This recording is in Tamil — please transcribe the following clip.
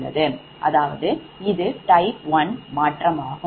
அதாவது இது type ஒன் மாற்றமாகும்